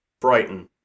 Brighton